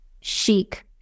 chic